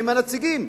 הם הנציגים.